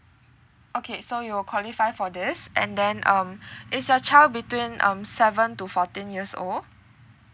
okay so you're qualify for this and then um is your child between um seven to fourteen years old